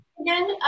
Again